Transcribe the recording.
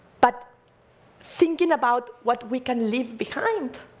but thinking about what we can leave behind.